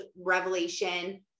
revelation